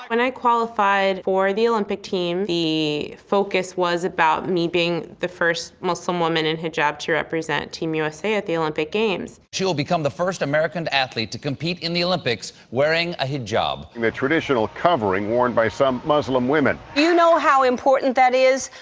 when i qualified for the olympic team, the focus was about me being the first muslim woman in hijab to represent team usa at the olympic games. she'll become the first american athlete to compete in the olympics wearing a hijab. and the traditional covering worn by some muslim women. do you know how important that is?